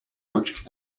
much